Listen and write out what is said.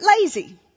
lazy